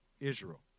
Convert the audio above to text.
Israel